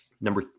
number